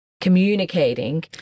communicating